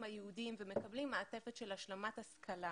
הייעודיים ומקבלים מעטפת של השלמת השכלה